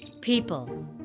People